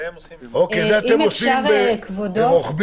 את זה אתם עושים רוחבי.